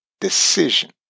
decision